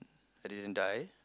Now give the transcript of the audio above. I didn't die